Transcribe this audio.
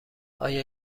آیا